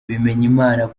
bimenyimana